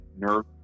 nerve